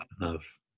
love